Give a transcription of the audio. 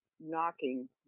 knocking